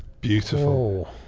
Beautiful